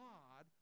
God